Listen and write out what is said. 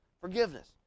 Forgiveness